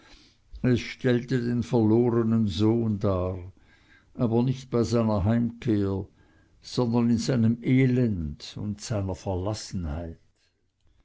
es stellte den verlornen sohn dar aber nicht bei seiner heimkehr sondern in seinem elend und seiner